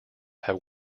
have